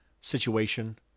situation